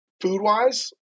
food-wise